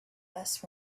less